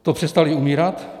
To přestali umírat?